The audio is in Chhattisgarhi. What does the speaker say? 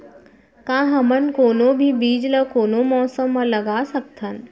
का हमन कोनो भी बीज ला कोनो मौसम म लगा सकथन?